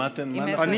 יש שתי שאילתות.